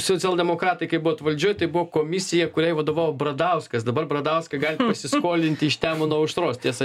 socialdemokratai kai buvot valdžioj tai buvo komisija kuriai vadovavo bradauskas dabar bradauskai galit pasiskolinti iš nemuno aušros aušros tiesa